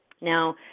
Now